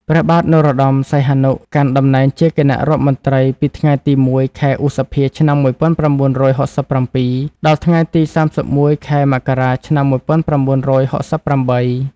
ព្រះបាទនរោត្តម សីហនុ កាន់តំណែងជាគណៈរដ្ឋមន្ត្រីពីថ្ងៃទី១ ខែឧសភា ឆ្នាំ១៩៦៧ ដល់ថ្ងៃទី ៣១ ខែមករា ឆ្នាំ១៩៦៨។